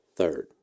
third